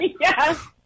yes